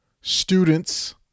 students